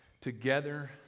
together